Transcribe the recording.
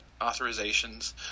authorizations